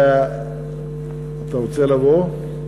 אתה רוצה לבוא?